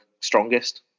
strongest